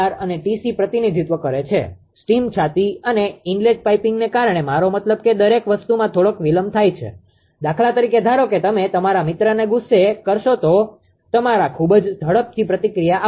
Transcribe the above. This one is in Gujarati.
અને પ્રતિનિધિત્વ કરે છે સ્ટીમ છાતી અને ઇનલેટ પાઇપિંગને કારણે મારો મતલબ કે દરેક વસ્તુમાં થોડોક વિલંબ થાય છે દાખલા તરીકે ધારો કે તમે તમારા મિત્રને ગુસ્સે કરશો તો તમારાખૂબ જ ઝડપથી પ્રતિક્રિયા આવશે